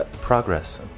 Progress